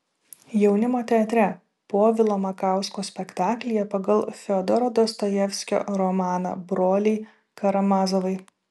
jaunimo teatre povilo makausko spektaklyje pagal fiodoro dostojevskio romaną broliai karamazovai